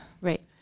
Right